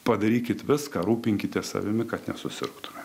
padarykit viską rūpinkitės savimi kad nesusirgtumėt